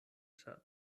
ŝatas